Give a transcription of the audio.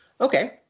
Okay